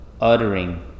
uttering